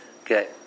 Okay